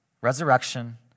resurrection